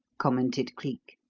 commented cleek.